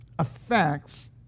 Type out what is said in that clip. Affects